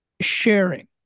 sharing